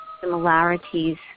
similarities